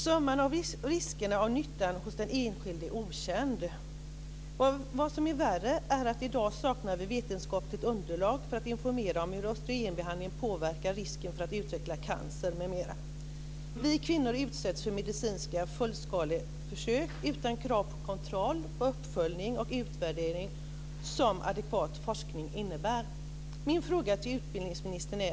Summan av riskerna och nyttan hos den enskilde är okänd. Vad som är värre är att vi i dag saknar vetenskapligt underlag för att informera om hur östrogenbehandlingen påverkar risken för att utveckla cancer m.m. Vi kvinnor utsätts för medicinska fullskaleförsök utan de krav på kontroll, uppföljning och utvärdering som adekvat forskning innebär.